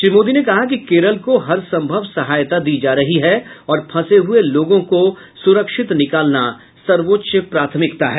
श्री मोदी ने कहा कि केरल को हरसंभव सहायता दी जा रही है और फंसे हुये लोगों को सुरक्षित निकालना सर्वोच्च प्राथमिकता है